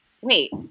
wait